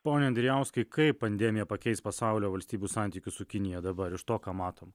pone andrijauskai kaip pandemija pakeis pasaulio valstybių santykius su kinija dabar iš to ką matom